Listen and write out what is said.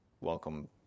welcome